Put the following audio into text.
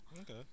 okay